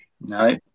No